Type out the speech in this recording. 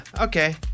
okay